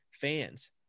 fans